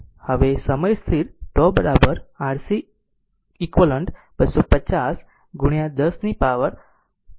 હવે સમય સ્થિર છે τ RCq 250 10 પાવર 3 તે કિલો છે Ω